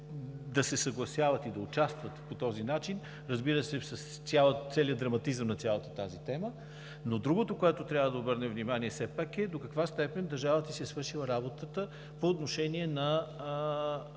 да се съгласяват и да участват по този начин с целия драматизъм на тази тема, но другото, на което трябва да обърнем внимание все пак, е до каква степен държавата си е свършила работата по отношение на